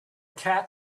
cat